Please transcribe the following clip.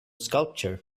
sculpture